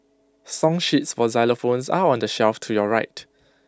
song sheets for xylophones are on the shelf to your right